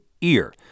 EAR